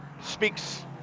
Speaks